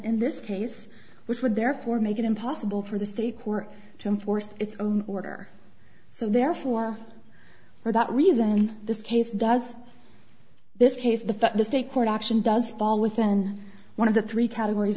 in this case which would therefore make it impossible for the stake or to enforce its own order so therefore for that reason in this case does this case the fact the state court action does fall within one of the three categories